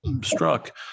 struck